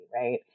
right